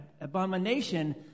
abomination